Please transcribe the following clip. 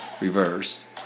Reverse